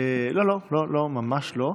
לא, לא, ממש לא.